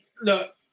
Look